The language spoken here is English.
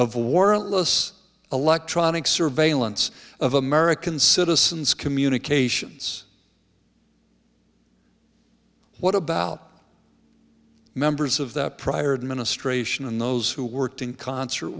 of warrantless electronic surveillance of american citizens communications what about members of the prior administration and those who worked in concert